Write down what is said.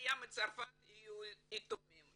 העלייה מצרפת יהיו יתומים.